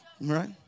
Right